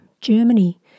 Germany